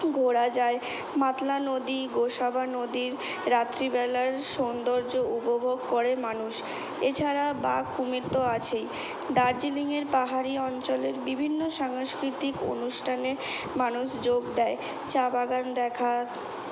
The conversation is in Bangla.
ঘোরা যায় মাতলা নদী গোসাবা নদীর রাত্রিবেলার সৌন্দর্য উপভোগ করে মানুষ এছাড়া বাঘ কুমির তো আছেই দার্জিলিংয়ের পাহাড়ি অঞ্চলের বিভিন্ন সাংস্কৃতিক অনুষ্ঠানে মানুষ যোগ দেয় চা বাগান দেখা